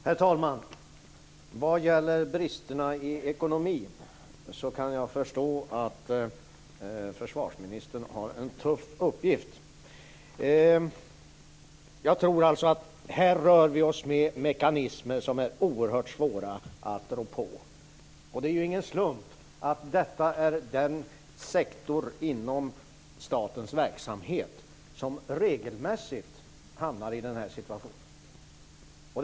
Herr talman! Vad gäller bristerna i ekonomin kan jag förstå att försvarsministern har en tuff uppgift. Jag tror att vi rör oss med mekanismer som är oerhört svåra att rå på. Det är ingen slump att detta är den sektor inom statens verksamhet som regelmässigt hamnar i den här situationen.